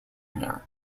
hair